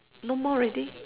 no more already